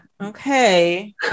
okay